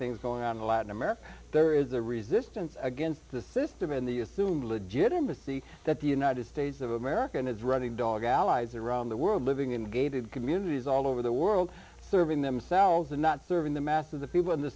things going on in latin america there is a resistance against the system in the assumed legitimacy that the united states of america is running dog allies around the world living in gated communities all over the world serving themselves and not serving the mass of the people in the